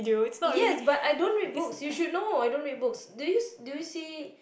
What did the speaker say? yes but I don't read books you should know I don't read books do you do you see